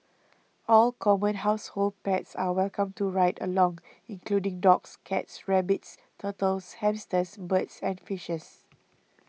all common household pets are welcome to ride along including dogs cats rabbits turtles hamsters birds and fishes